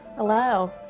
Hello